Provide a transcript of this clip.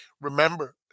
remember